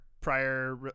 prior